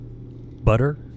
Butter